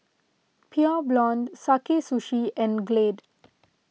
Pure Blonde Sakae Sushi and Glade